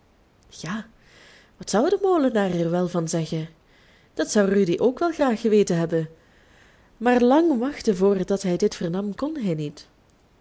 ja wat zou de molenaar er wel van zeggen dat zou rudy ook wel graag geweten hebben maar lang wachten voordat hij dit vernam kon hij niet